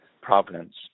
providence